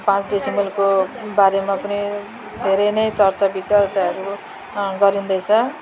अब पाँच डेसिमलको बारेमा पनि धेरै नै चर्चा बिचर्चाहरू गरिन्दैछ